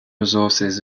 resources